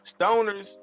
Stoners